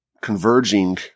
converging